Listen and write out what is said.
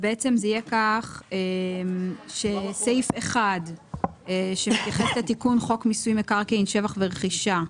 זה יהיה כך שסעיף 1 שמתייחס לחוק מיסוי מקרקעין (שבח ורכישה),